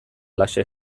halaxe